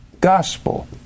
gospel